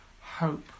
hope